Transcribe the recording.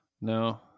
No